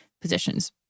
positions